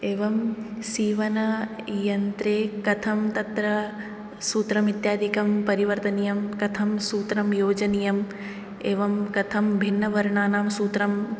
एवं सीवनयन्त्रे कथं तत्र सूत्रम् इत्यादिकं परिवर्तनीयं कथं सूत्रं योजनीयम् एवं कथं भिन्नवर्णानां सूत्रं